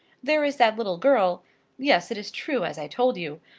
there is that little girl yes it is true as i told you.